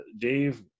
dave